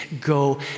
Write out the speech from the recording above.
Go